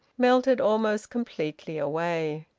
melted almost completely away.